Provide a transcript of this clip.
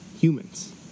humans